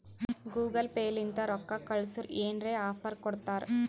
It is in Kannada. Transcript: ಗೂಗಲ್ ಪೇ ಲಿಂತ ರೊಕ್ಕಾ ಕಳ್ಸುರ್ ಏನ್ರೆ ಆಫರ್ ಕೊಡ್ತಾರ್